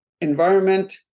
Environment